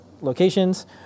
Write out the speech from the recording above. locations